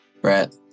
Brett